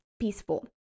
peaceful